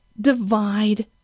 divide